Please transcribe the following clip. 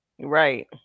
Right